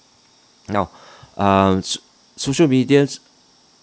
now uh so~ social media